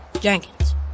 Jenkins